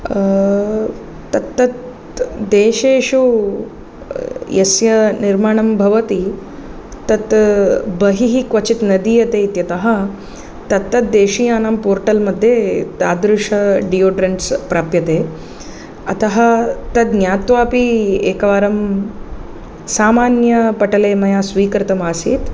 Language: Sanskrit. तत्तत् देशेषु यस्य निर्माणं भवति तत् बहिः क्वचित् न दीयते इत्यतः तत्तद्देशीयानां पोर्टल् मध्ये तादृश डियोड्रेन्ट्स् प्राप्यते अतः तद् ज्ञात्वापि एकवारं सामान्यपटले मया स्वीकृतमासीत्